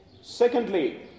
Secondly